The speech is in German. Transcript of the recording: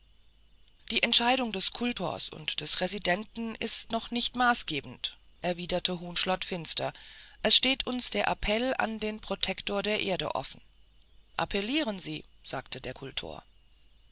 die entscheidung des kultors und des residenten ist noch nicht maßgebend erwiderte huhnschlott finster es steht uns der appell an den protektor der erde offen appellieren sie sagte der kultor